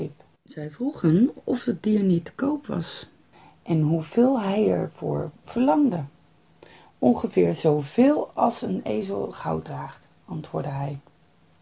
vroegen of het dier niet te koop was en hoeveel hij er voor verlangde ongeveer zooveel als een ezel goud draagt antwoordde hij